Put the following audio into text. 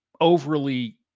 overly